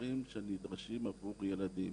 האביזרים שנדרשים עבור ילדים,